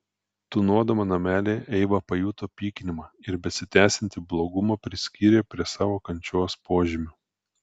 tūnodama namelyje eiva pajuto pykinimą ir besitęsiantį blogumą priskyrė prie savo kančios požymių